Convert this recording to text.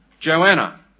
Joanna